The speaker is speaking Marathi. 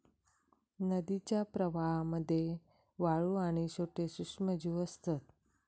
नदीच्या प्रवाहामध्ये वाळू आणि छोटे सूक्ष्मजीव असतत